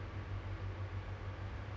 foreigners there lah